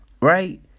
Right